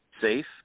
safe